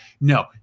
No